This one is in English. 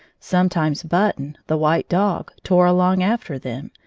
sometimes button, the white dog, tore along after them,